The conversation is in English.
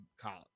college